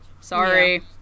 Sorry